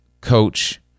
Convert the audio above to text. coach